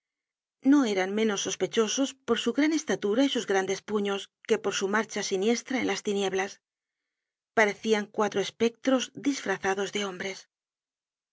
no eran menos sospechosos por su gran estatura y sus grandes puños que por su marcha siniestra en las tinieblas parecian cuatro espectros disfrazados de hombres